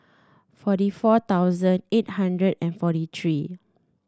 forty four thousand eight hundred and forty three